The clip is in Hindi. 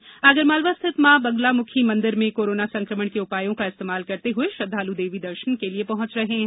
वहीं आगरमालवा स्थित मां बगलामुखी मंदिर में कोरोना संकमण के उपायों का इस्तेमाल करते हए श्रद्धाल देवी के दर्शनों के लिये पहंच रहे हैं